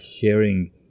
sharing